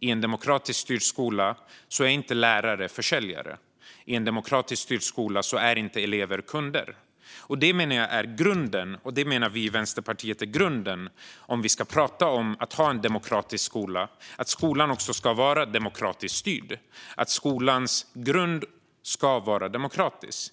I en demokratiskt styrd skola är inte lärare försäljare. I en demokratiskt styrd skola är inte elever kunder. Det menar vi i Vänsterpartiet är grunden om vi ska prata om att ha en demokratisk skola. Skolan ska vara demokratiskt styrd, och skolans grund ska vara demokratisk.